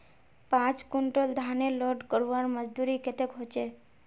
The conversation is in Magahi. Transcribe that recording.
पाँच कुंटल धानेर लोड करवार मजदूरी कतेक होचए?